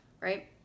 right